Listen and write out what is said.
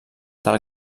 del